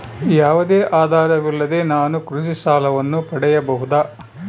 ಯಾವುದೇ ಆಧಾರವಿಲ್ಲದೆ ನಾನು ಕೃಷಿ ಸಾಲವನ್ನು ಪಡೆಯಬಹುದಾ?